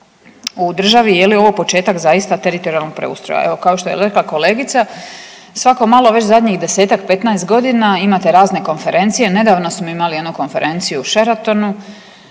u državi, je li ovo početak, zaista, teritorijalnog preustroja. Evo, kao što je rekla kolegica, svako malo već zadnjih 10-ak, 15 godina imate razne konferencije, nedavno smo imali jednu konferenciju u Sheratonu,